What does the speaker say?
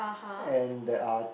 and there are